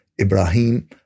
Ibrahim